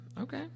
Okay